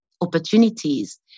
opportunities